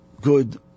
good